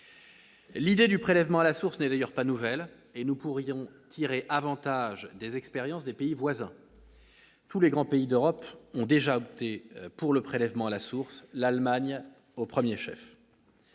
L'idée du prélèvement à la source n'est d'ailleurs pas nouvelle et nous pourrions tirer avantage des expériences des pays voisins. Tous les grands pays d'Europe ont déjà opté pour le prélèvement à la source, l'Allemagne au premier chef.